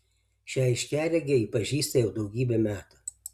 šią aiškiaregę ji pažįsta jau daugybę metų